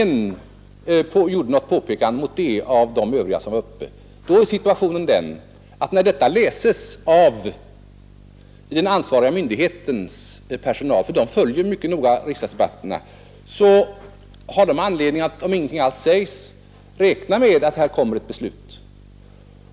Ingen av de övriga talarna gjorde någon invändning mot detta uttalande. När den ansvariga myndighetens personal — som följer mycket noga riksdagsdebatterna — finner detta har den anledning att, om ingenting annat sägs, räkna med att det kommer ett sådant " beslut.